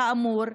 כאמור,